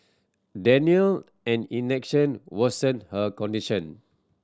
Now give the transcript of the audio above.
Denial and inaction worsened her condition